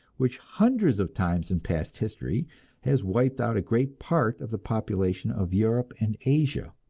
which hundreds of times in past history has wiped out a great part of the population of europe and asia.